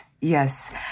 yes